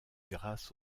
grâce